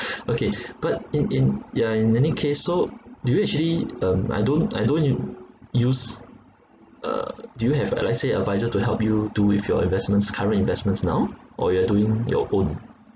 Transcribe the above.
okay but in in yeah in any case so do you actually um I don't I don't u~ use uh do you have uh let's say adviser to help you do with your investments current investments now or you are doing your own